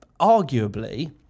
arguably